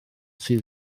sydd